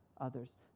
others